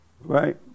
right